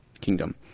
kingdom